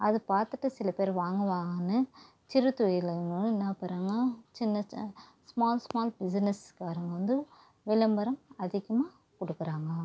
அது பார்த்துட்டு சில பேர் வாங்கு வாங்கன்னு சிறுதொழிலாளர்கள்லாம் என்ன பண்ணுறாங்க சின்ன ச ஸ்மால் ஸ்மால் பிசினஸ்க்காரங்கள் வந்து விளம்பரம் அதிகமாக கொடுக்குறாங்க